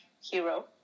hero